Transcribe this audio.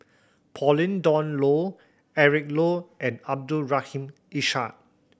Pauline Dawn Loh Eric Low and Abdul Rahim Ishak